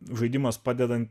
žaidimas padeda